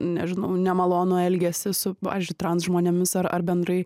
nežinau nemalonų elgesį su pavyzdžiui transžmonėmis ar ar bendrai